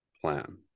plan